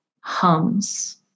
hums